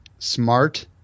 Smart